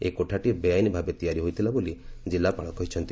ଏହି କୋଠାଟି ବେଆଇନ ଭାବେ ତିଆରି ହୋଇଥିଲା ବୋଲି ଜିଲ୍ଲାପାଳ କହିଛନ୍ତି